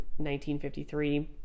1953